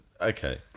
okay